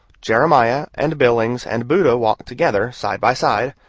jeremiah, and billings and buddha walk together, side by side,